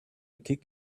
kick